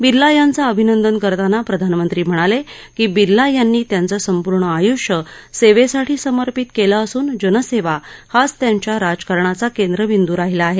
बिर्ला यांचं अभिनंदन करताना प्रधानमंत्री म्हणाले की बिर्ला यांनी त्यांचं संपूर्ण आयुष्य सेवेसाठी समर्पित केलं असून जनसेवा हाच त्यांच्या राजकारणाचा केंद्रबिद् राहिला आहे